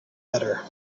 better